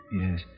Yes